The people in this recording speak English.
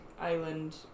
island